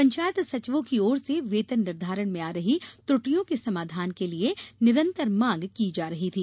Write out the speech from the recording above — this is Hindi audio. पंचायत सचिवों की ओर से वेतन निर्धारण में आ रही त्रटियों के समाधान के लिए निरन्तर मांग की जा रही थी